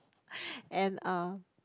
and a